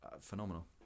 phenomenal